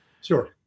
Sure